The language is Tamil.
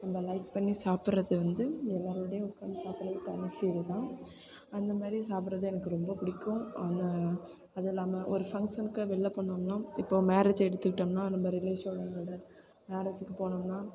ரொம்ப லைக் பண்ணி சாப்பிட்றது வந்து எல்லோரோடயும் உட்காந்து சாப்பிட்றது தனி ஃபீல் தான் அந்தமாதிரி சாப்பிட்றது எனக்கு ரொம்ப பிடிக்கும் ஆனால் அது இல்லாமல் ஒரு ஃபங்க்ஷனுக்கு வெளியில் போகணும்னா இப்போது மேரேஜ் எடுத்துக்கிட்டோம்னா நம்ம ரிலேஷனோட மேரேஜூக்கு போனோம்னா